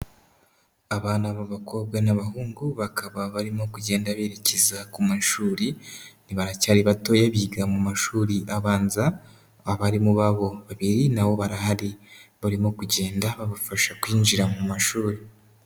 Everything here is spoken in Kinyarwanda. Abana b'abakobwa n'abahungu bakaba barimo kugenda berekeza ku mashuri, baracyari batoya biga mu mashuri abanza, abarimu babo babiri na bo barahari, barimo kugenda babafasha kwinjira mu mashuri.